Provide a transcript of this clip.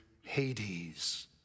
Hades